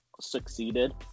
succeeded